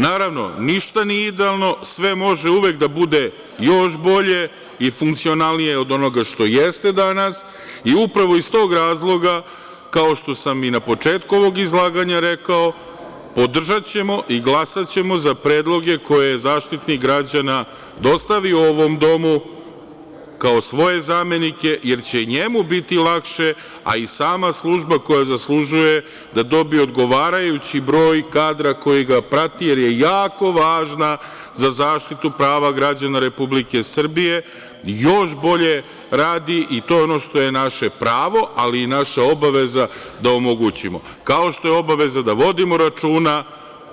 Naravno, ništa nije idealno, sve može uvek da bude još bolje i funkcionalnije od onoga što jeste danas i upravo iz tog razloga, kao što sam i na početku ovog izlaganja rekao, podržaćemo i glasaćemo za predloge koje Zaštitnik građana dostavi ovom Domu, kao svoje zamenike, jer će njemu biti lakše, a i sama služba koja zaslužuje da dobije odgovarajući broj kadra koji ga prati, jer je jako važna za zaštitu prava građana Republike Srbije, još bolje radi i to je ono što je naše pravo, ali i naša obaveza do omogućimo, kao što je obaveza da vodimo računa